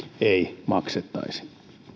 ei maksettaisi